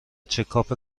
چکاپ